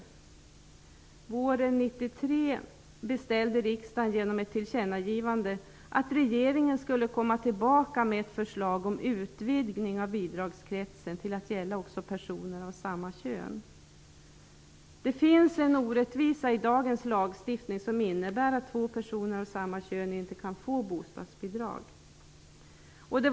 Våren 1993 beställde riksdagen genom ett tillkännagivande att regeringen skulle komma tillbaka med ett förslag om utvidgning av bidragskretsen till att gälla också personer av samma kön. I dagens lagstiftning finns en orättvisa som innebär att två personer av samma kön inte kan få bostadsbidrag.